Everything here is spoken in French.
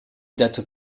datent